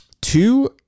two